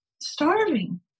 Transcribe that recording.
starving